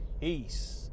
peace